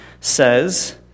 says